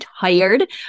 tired